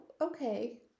okay